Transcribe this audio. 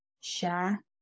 share